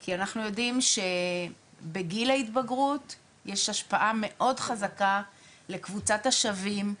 כי אנחנו יודעים בגיל ההתבגרות יש השפעה מאוד חזקה לקבוצת לשווים,